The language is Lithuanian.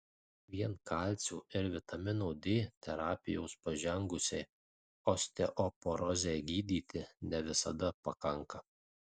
vien kalcio ir vitamino d terapijos pažengusiai osteoporozei gydyti ne visada pakanka